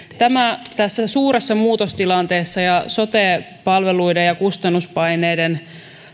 tämä tässä suuressa muutostilanteessa ja sote palveluiden ja kustannuspaineiden